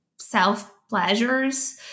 self-pleasures